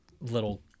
little